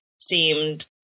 seemed